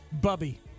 Bubby